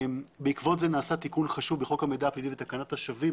בעקבות זה נעשה תיקון חשוב בחוק המידע הפלילי ותקנת השבים,